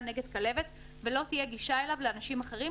נגד כלבת ולא תהיה גישה אליו לאנשים אחרים,